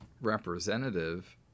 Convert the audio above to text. representative